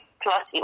plus